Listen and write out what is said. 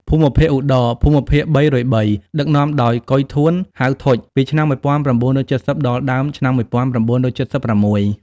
ភូមិភាគឧត្តរ (ភូមិភាគ ៣០៣) ដឹកនាំ ដោយ កុយ ធួន ហៅ ធុច ពីឆ្នាំ១៩៧០ដល់ ដើមឆ្នាំ១៩៧៦។